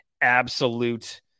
absolute